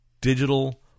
Digital